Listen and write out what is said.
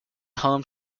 home